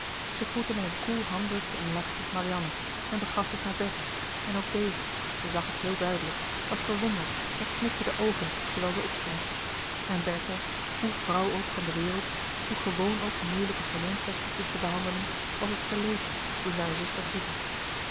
zij groette met een koel handdrukje en lachje marianne en begaf zich naar bertha en ook deze zij zag het heel duidelijk was verwonderd en knipte de oogen terwijl zij opstond en bertha hoe vrouw ook van de wereld hoe gewoon ook moeilijke salonkwestie tjes te behandelen was als verlegen toen zij hare zuster groette